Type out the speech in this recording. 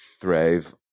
thrive